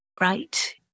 Right